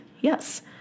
Yes